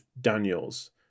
Daniels